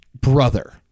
brother